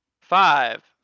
Five